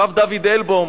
הרב דוד אלבוים,